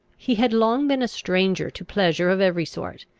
he had long been a stranger to pleasure of every sort,